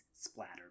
splatter